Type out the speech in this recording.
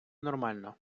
нормально